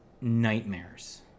nightmares